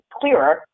clearer